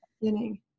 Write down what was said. beginning